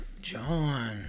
John